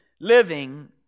living